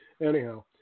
Anyhow